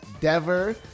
dever